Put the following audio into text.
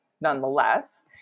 nonetheless